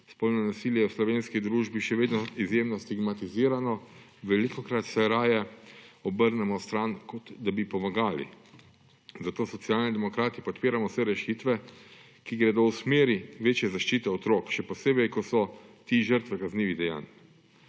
Spolno nasilje je v slovenski družbi še vedno izjemno stigmatizirano, velikokrat se raje obrnemo stran, kot da bi pomagali. Zato Socialni demokrati podpiramo vse rešitve, ki gredo v smeri večje zaščite otrok, še posebej ko so ti žrtve kaznivih dejanj.